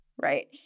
right